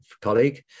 colleague